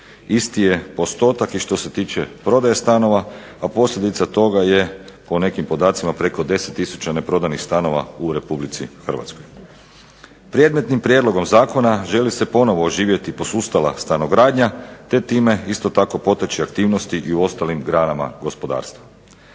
Isti je postotak i što se tiče prodaje stanova, a posljedica toga je, po nekim podacima, preko 10 tisuća neprodanih stanova u Republici Hrvatskoj. Predmetnim prijedlogom zakona želi se ponovo oživjeti posustala stanogradnja, te time isto tako potaći aktivnosti i u ostalim granama gospodarstva.